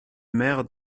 maires